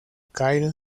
kyle